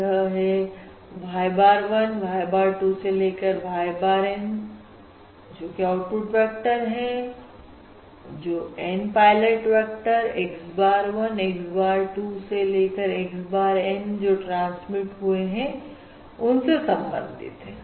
यह y bar 1 y bar 2 Y bar N output vector हैं जोकि N pilot vector x bar 1 x bar 2 x bar N जो transmit हुए उनसे संबंधित है